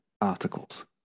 articles